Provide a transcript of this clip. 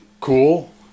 cool